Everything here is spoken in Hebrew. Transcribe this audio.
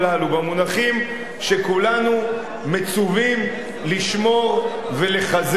במונחים שכולנו מצווים לשמור ולחזק?